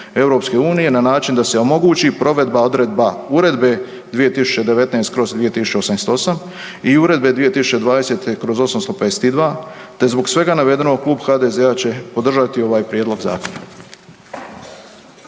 na način da se omogući provedba odredba Uredbe 2019/2088 i Uredba 2020/852 te zbog svega navedenog Klub HDZ-a će podržati ovaj Prijedlog zakona.